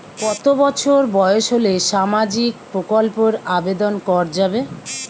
কত বছর বয়স হলে সামাজিক প্রকল্পর আবেদন করযাবে?